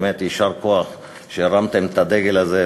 באמת יישר כוח שהרמתם את הדגל הזה,